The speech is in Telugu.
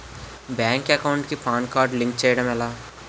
బ్యాంక్ అకౌంట్ కి పాన్ కార్డ్ లింక్ చేయడం ఎలా?